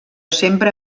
sempre